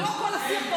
ואינני נזקקת,